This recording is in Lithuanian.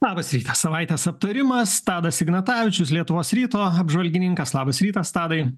labas rytas savaitės aptarimas tadas ignatavičius lietuvos ryto apžvalgininkas labas rytas tadai